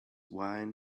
wine